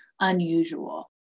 unusual